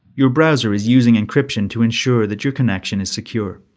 your browser is using encryption to ensure that your connection is secure.